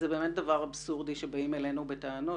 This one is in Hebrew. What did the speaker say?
זה באמת דבר אבסורדי שבאים אלינו בטענות